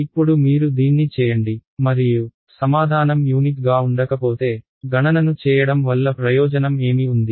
ఇప్పుడు మీరు దీన్ని చేయండి మరియు సమాధానం యూనిక్ గా ఉండకపోతే గణనను చేయడం వల్ల ప్రయోజనం ఏమి ఉంది